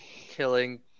killing